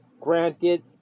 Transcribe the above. granted